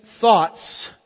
thoughts